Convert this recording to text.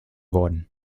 worden